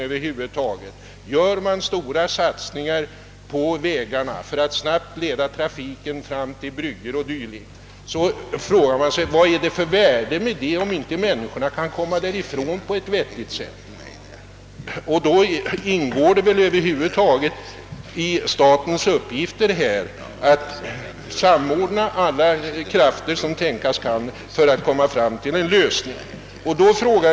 Vad är det för mening med att göra stora satsningar på vägarna för att snabbt leda trafiken fram till bryggor och dylikt, om människorna sedan inte kan komma därifrån på ett vettigt sätt? Det ingår väl i statens uppgifter att samordna alla krafter för att åstadkomma en lösning.